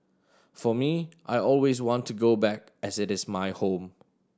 for me I always want to go back as it is my home